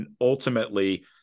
ultimately